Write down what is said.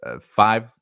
Five